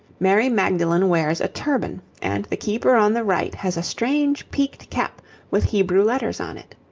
mary magdalen wears a turban, and the keeper on the right has a strange peaked cap with hebrew letters on it.